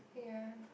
yeah